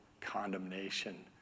condemnation